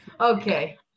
Okay